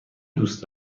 دوست